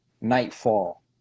nightfall